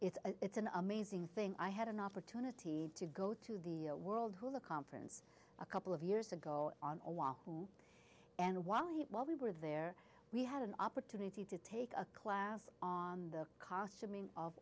it's it's an amazing thing i had an opportunity to go to the world who the conference a couple of years ago on a walk and while while we were there we had an opportunity to take a class on the